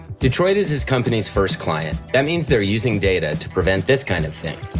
detroit is his company's first client. that means they're using data to prevent this kind of thing.